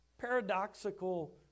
paradoxical